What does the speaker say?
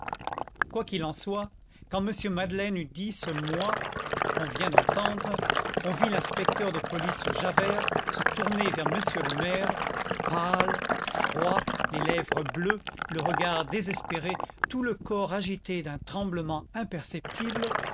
quoi qu'il en soit quand m madeleine eut dit ce moi qu'on vient d'entendre on vit l'inspecteur de police javert se tourner vers monsieur le maire pâle froid les lèvres bleues le regard désespéré tout le corps agité d'un tremblement imperceptible